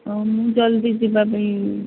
ହଁ ମୁଁ ଜଲ୍ଦି ଯିବା ପାଇଁ